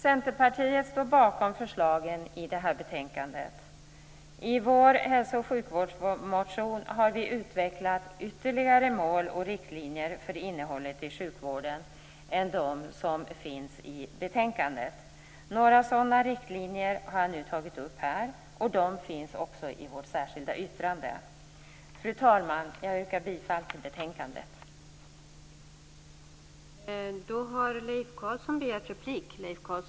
Centerpartiet står bakom förslagen i detta betänkande. I vår hälso och sjukvårdsmotion har vi utvecklat ytterligare mål och riktlinjer vad gäller innehållet i sjukvården än de som finns i betänkandet. Några sådana riktlinjer har jag nu tagit upp här, och de finns också i vårt särskilda yttrande. Fru talman! Jag yrkar bifall till hemställan i betänkandet.